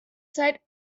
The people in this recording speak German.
zeit